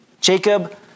Jacob